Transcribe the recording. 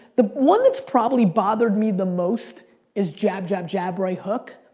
the one that's probably bothered me the most is jab, jab, jab, right hook.